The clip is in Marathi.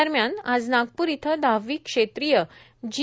दरम्यान आज नागपूर इथं दहावी क्षेत्रीय जी